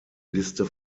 liste